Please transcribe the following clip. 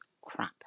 crap